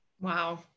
Wow